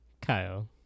Kyle